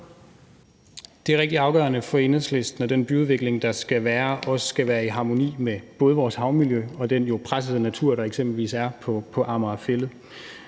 Det er rigtig afgørende for Enhedslisten, at den byudvikling, der skal være, også skal være i harmoni med både vores havmiljø og den pressede natur, der eksempelvis er på Amager Fælled.